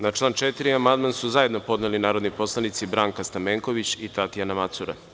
Na član 4. amandman su zajedno podneli narodni poslanici Branka Stamenković i Tatjana Macura.